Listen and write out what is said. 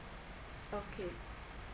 okay